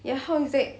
ya how is that